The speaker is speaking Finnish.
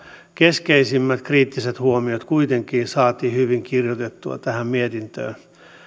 keskeisimmät kriittiset huomiot kuitenkin saatiin hyvin kirjoitettua